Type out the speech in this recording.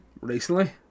recently